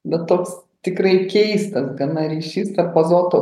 bet toks tikrai keistas gana ryšys tarp azoto